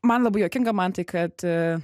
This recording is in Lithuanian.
man labai juokinga mantai kad